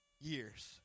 years